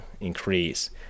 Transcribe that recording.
increase